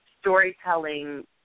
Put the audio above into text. storytelling